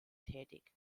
tätig